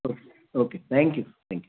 okay okay thank you thank you